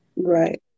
Right